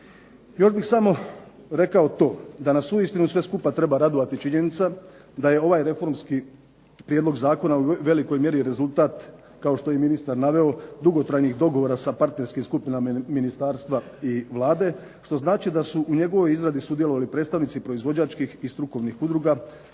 Još bih samo rekao to da nas uistinu sve skupa treba radovati činjenica da je ovaj reformski prijedlog zakona u velikoj mjeri rezultat kao što je i ministar naveo dugotrajnih dogovora sa partnerskim skupinama ministarstva i Vlade što znači da su u njegovoj izradi sudjelovali predstavnici proizvođačkih i strukovnih udruga,